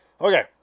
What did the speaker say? Okay